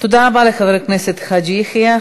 תודה רבה לחבר הכנסת חאג' יחיא.